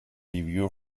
review